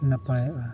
ᱱᱟᱯᱟᱭᱚᱜᱼᱟ